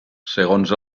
segons